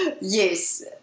yes